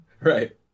Right